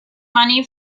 money